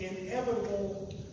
inevitable